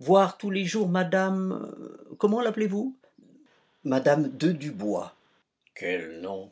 voir tous les jours mme comment lappelez vous mme de dubois quel nom